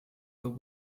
the